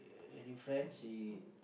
any friends he